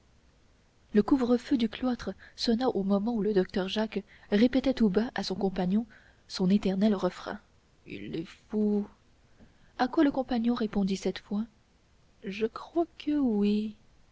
le couvre-feu du cloître sonna au moment où le docteur jacques répétait tout bas à son compagnon son éternel refrain il est fou à quoi le compagnon répondit cette fois je crois que oui